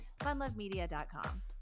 Funlovemedia.com